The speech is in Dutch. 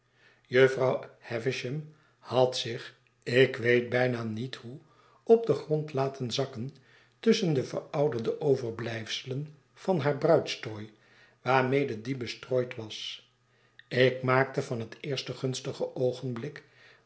jufvrouw havisham had zich ik weet bijna niet hoe op den grond laten zakken tusschen de verouderde overblijfselen van haar bruidstooij waarmede die bestrooid was ik maakte van het eerste gunstige oogenblik